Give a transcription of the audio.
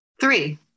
Three